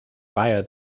via